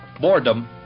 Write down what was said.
boredom